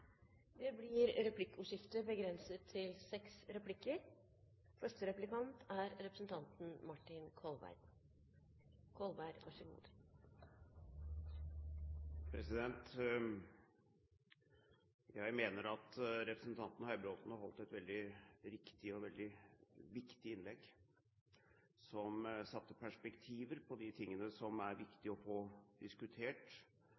Det blir replikkordskifte. Jeg mener at representanten Høybråten har holdt et veldig riktig og veldig viktig innlegg, som satte i perspektiv de tingene som det er